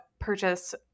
Purchase